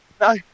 No